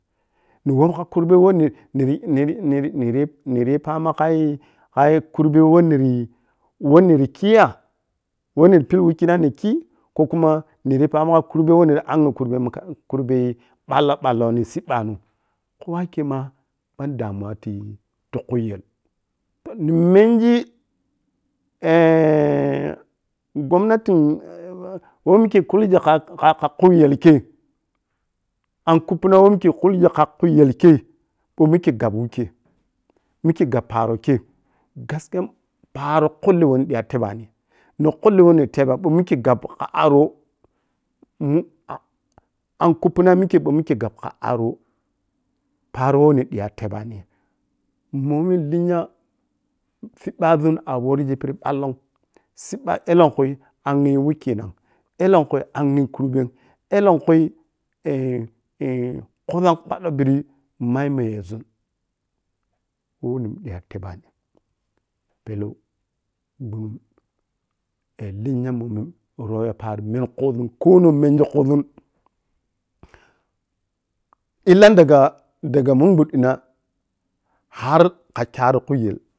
Ni womni kha kurbe wei niryi-niryi-niryi-niryi-niryi pama khayi-khayi kurbe wei nirayii kiya? Wei niri pilwehkina nin khi ko kuro niriyi pama kha kurbe wei nira anggi kurbe makaranta kurbe wei nira anggi kurbe makaranta kurbe malla-malla siɓɓanɔr ko akaimma ban damuwa ti tui khui yel nimenji gomnati wei mikke kulgi kha khu yelkie an kubpuna wei mikke kulgi kha ku yel kai bou mike gab wikkei mikkei gab para kei gaskiya paro kulli wei niƌa bebani ni kulli nida tebani ma mikke gab kha aro mun kha an kubpuna mikke ɓou mikke gabkha arro mbomi lenya siɓɓazun aworgi pidi ɓallom siɓɓai ellenkul angye wekinan ellenkui angye kurbem etlenkui-ellenku khuzzam ɓallom sibbai elenku angye wekinan ellenkui angye kurbem ellenkui-ellenkui khuzzam ɓaddou khobo pidi mai mayezun woi nitapidi tebani pellou, ɓunnum, lenya mbomi rrou yay pari menkhuzun konongmengekhu zon illan dagar-dga min ɓuƌdina har kha kyam khu yel,